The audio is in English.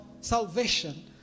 salvation